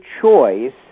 choice